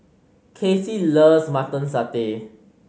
Kacey loves Mutton Satay